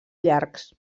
llargs